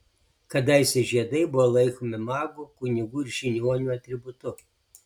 kadaise žiedai buvo laikomi magų kunigų ir žiniuonių atributu